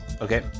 Okay